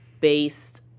based